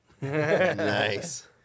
Nice